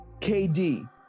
KD